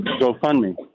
GoFundMe